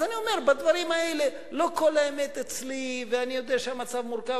אז אני אומר: בדברים האלה לא כל האמת אצלי ואני יודע שהמצב מורכב.